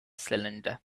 cylinder